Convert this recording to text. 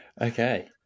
Okay